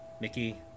Mickey